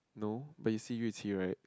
no but you see Yu-Chee right